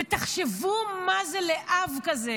ותחשבו מה זה לאב כזה,